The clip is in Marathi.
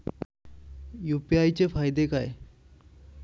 यु.पी.आय चे फायदे काय?